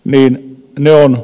nämä ja